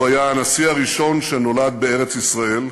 הוא היה הנשיא הראשון שנולד בארץ-ישראל,